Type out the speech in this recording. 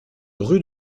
rue